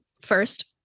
first